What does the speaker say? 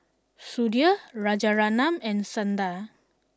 Sudhir Rajaratnam and Sundar